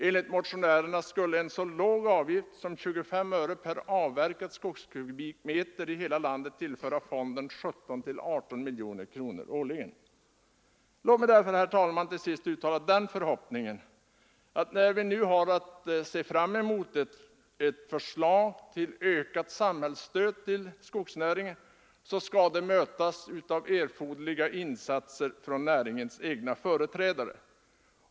Enligt motionärerna skulle en så låg avgift som 25 öre per avverkad skogskubikmeter i hela landet tillföra fonden 17—18 miljoner kronor årligen. Låt mig därför, herr talman, till sist uttala den förhoppningen att när vi nu har att förvänta ett ökat samhällsstöd till skogsnäringen skall det mötas av erforderliga insatser från näringens egna företrädare.